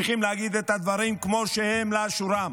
צריכים להגיד את הדברים כמו שהם לאשורם.